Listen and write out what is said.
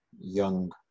young